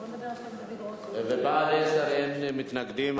עשרה בעד, אין מתנגדים.